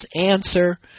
answer